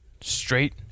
Straight